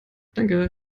danke